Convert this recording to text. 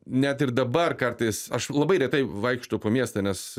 net ir dabar kartais aš labai retai vaikštau po miestą nes